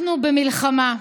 אנחנו במלחמה.